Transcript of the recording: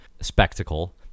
spectacle